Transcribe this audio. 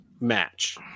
match